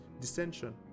dissension